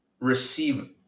receive